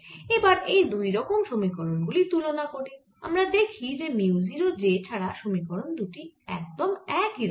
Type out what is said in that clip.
এবার এই দুই রকম সমীকরণ গুলি তুলনা করি আমরা দেখি যে মিউ 0 J ছাড়া সমীকরণ দুটি একদম একই রকম